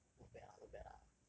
not bad lah not bad lah